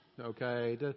okay